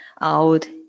out